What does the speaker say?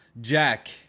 jack